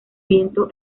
viento